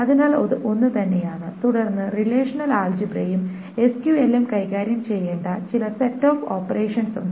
അതിനാൽ അത് ഒന്നുതന്നെയാണ് തുടർന്ന് റിലേഷണൽ ആൾജിബ്രയും എസ്ക്യുഎല്ലും കൈകാര്യം ചെയ്യേണ്ട ചില സെറ്റ് ഓഫ് ഓപ്പറേഷൻസ് ഉണ്ട്